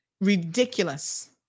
ridiculous